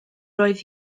roedd